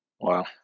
Wow